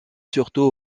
surtout